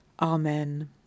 Amen